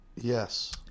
Yes